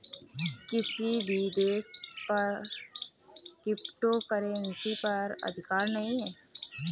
किसी भी देश का क्रिप्टो करेंसी पर अधिकार नहीं है